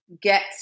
get